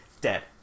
dead